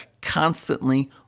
constantly